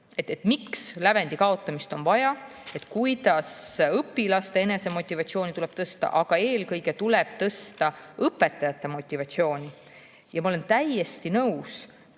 miks lävendi kaotamist on vaja, kuidas õpilaste enesemotivatsiooni tuleb tõsta, aga eelkõige tuleb tõsta õpetajate motivatsiooni. Ma olen täiesti nõus,